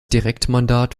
direktmandat